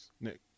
Nick